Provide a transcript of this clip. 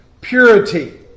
purity